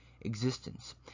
existence